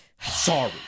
Sorry